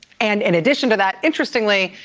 and in addition to that, interestingly,